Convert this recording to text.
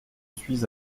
suis